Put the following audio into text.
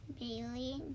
bailey